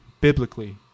biblically